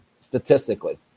statistically